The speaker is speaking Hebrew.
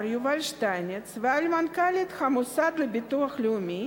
יובל שטייניץ ואל מנכ"לית המוסד לביטוח הלאומי